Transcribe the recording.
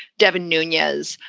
devin nunes. yes,